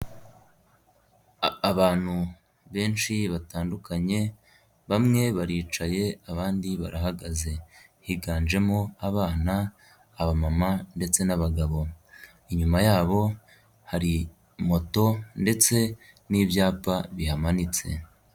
Abantu benshi batandukanye bamwe baricaye abandi barahagaze, higanjemo: abana, abamama ndetse n'abagabo, inyuma yabo hari moto ndetse n'ibyapa bihamanitse.